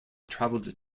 traveled